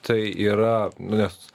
tai yra nu nes